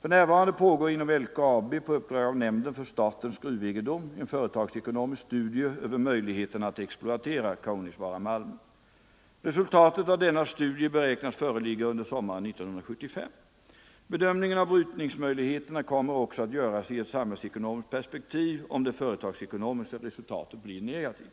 För närvarande pågår inom LKAB, på uppdrag av nämnden för statens gruvegendom, en företagsekonomisk studie över möjligheterna att exploatera Kaunisvaaramalmen. Resultatet av denna studie beräknas föreligga under sommaren 1975. Bedömningen av brytningsmöjligheterna kommer också att göras i ett samhällsekonomiskt perspektiv om det företagsekonomiska resultatet blir negativt.